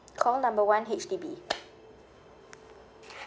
call number one H_D_B